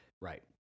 Right